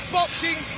boxing